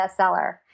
bestseller